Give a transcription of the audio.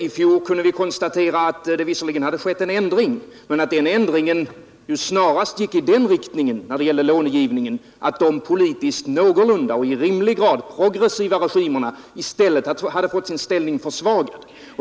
I fjol kunde vi konstatera att det visserligen hade skett en ändring men att denna ändring snarast gick i den riktningen när det gällde långivningen att de politiskt någorlunda och i rimlig grad progressiva regimerna i stället hade fått sin ställning försvagad.